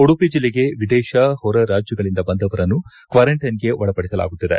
ಉಡುಪಿ ಜಿಲ್ಲೆಗೆ ವಿದೇಶ ಹೊರ ರಾಜ್ಯಗಳಿಂದ ಬಂದವರನ್ನು ಕ್ವಾರಂಟೈನ್ಗೆ ಒಳಪಡಿಸಲಾಗುತ್ತಿದೆ